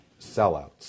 sellouts